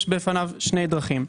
יש בפניו שתי דרכים: